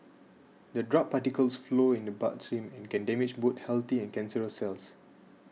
the drug particles flow in the bloodstream and can damage both healthy and cancerous cells